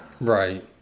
Right